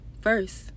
First